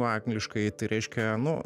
angliškai tai reiškia nu